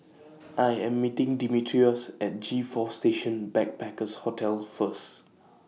I Am meeting Dimitrios At G four Station Backpackers Hotel First